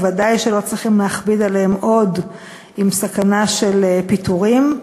ודאי שלא צריכים להכביד עליהן עוד עם סכנה של פיטורים.